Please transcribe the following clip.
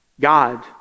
God